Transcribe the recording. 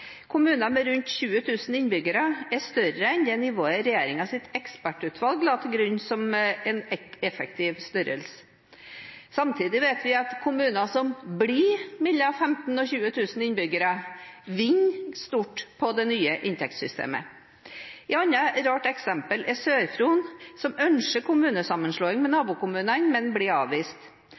Kommuner med rundt 20 000 innbyggere er større enn det nivået regjeringens ekspertutvalg la til grunn som en effektiv størrelse. Samtidig vet vi at kommuner som blir på mellom 15 000 og 20 000 innbyggere, vinner stort på det nye inntektssystemet. Et annet rart eksempel er Sør-Fron som ønsker kommunesammenslåing med nabokommunene, men blir avvist.